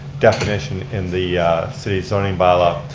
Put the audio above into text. definition in the city zoning bylaw.